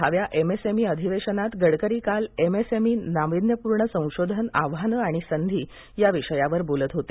दहाव्या एमएसएमई अधिवेशनात गडकरी काल एमएसएमईसाठी नावीन्यपूर्ण संशोधन आव्हानं आणि संधी या विषयावर बोलत होते